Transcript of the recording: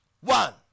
one